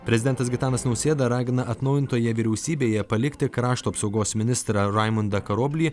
prezidentas gitanas nausėda ragina atnaujintoje vyriausybėje palikti krašto apsaugos ministrą raimundą karoblį